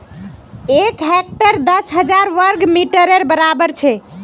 एक हेक्टर दस हजार वर्ग मिटरेर बड़ाबर छे